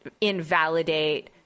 invalidate